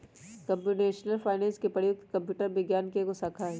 computational finance प्रयुक्त computer विज्ञान के एगो शाखा हइ